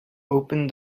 opened